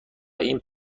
این